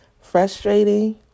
frustrating